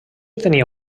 tenia